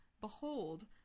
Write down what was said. Behold